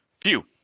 Phew